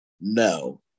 No